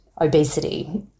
obesity